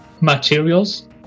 materials